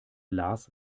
lars